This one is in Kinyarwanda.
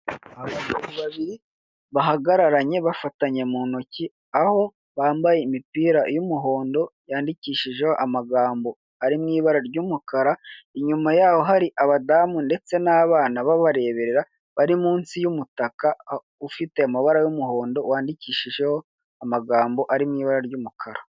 Abagabo babiri bahagaranye bafatanye mu intoki, aho bambaye imipira y'umuhondo yangikishijeho amagambo ari m'ibara ry'umukara, inyuma yabo hari abadamu ndetse na abana babarebera bari munsi y'umutaka ufite ibara ry'umuhondo wandikishijeho amagambo ari mwibara ry'umukara.